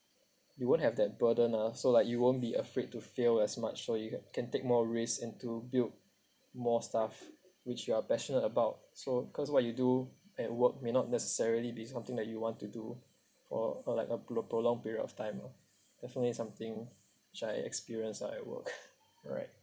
you won't have that burden ah so like you won't be afraid to fail as much so you ha~ can take more risks into build more stuff which you are passionate about so cause what you do at work may not necessarily be something that you want to do for uh like a pro~ prolonged period of time ah definitely something should I experience ah at work alright